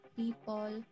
people